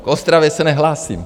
K Ostravě se nehlásím.